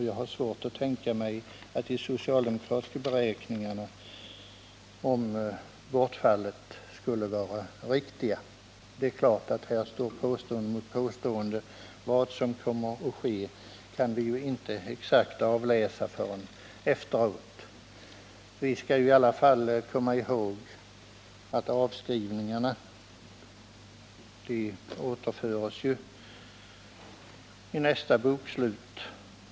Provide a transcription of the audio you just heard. Jag har svårt att tänka mig att de socialdemokratiska beräkningarna om bortfallet är riktiga. Här står givetvis påstående mot påstående. Vad som kommer att ske kan vi inte exakt avläsa förrän efteråt. Vi skall i alla fall komma ihåg att avskrivningarna återföres i nästa bokslut.